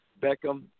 Beckham